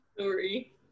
Sorry